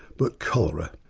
but cholera,